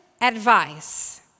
advice